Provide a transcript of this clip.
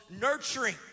nurturing